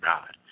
God